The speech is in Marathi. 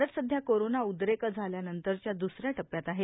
भारत सध्या कोरोना उद्रेक झाल्यानंतरच्या दुसऱ्या टप्प्यात आहे